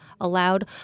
allowed